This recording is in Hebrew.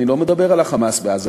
אני לא מדבר על ה"חמאס" בעזה,